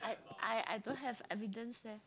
I I don't have evidence leh